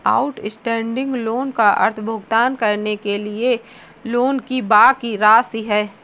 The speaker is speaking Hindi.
आउटस्टैंडिंग लोन का अर्थ भुगतान करने के लिए लोन की बाकि राशि है